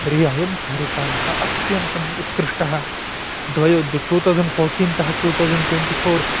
तर्हि अयं कार्यकालः अत्यन्तम् उत्कृष्टः द्वय द् टु तौसण्ड् फ़ोर्टीन् तः टु तौसण्ड् ट्वेन्टि फ़ोर्